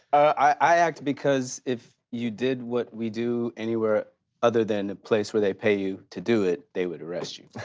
i act because if you did what we do anywhere other than a place where they pay you to do it they would arrest you.